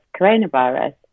coronavirus